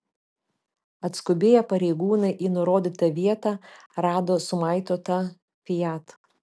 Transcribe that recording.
atskubėję pareigūnai į nurodytą vietą rado sumaitotą fiat